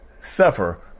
suffer